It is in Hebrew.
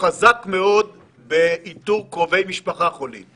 מספר הטלפון של יעד ההתקשרות ומועד ההתקשרות,